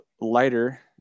lighter